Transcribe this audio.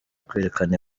kwerekana